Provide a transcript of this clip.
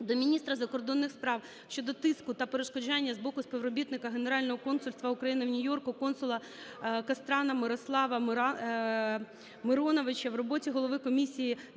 до міністра закордонних справ щодо тиску та перешкоджання з боку співробітника Генерального консульства України в Нью-Йорку - консула Кастрана Мирослава Мироновича в роботі голові комісії від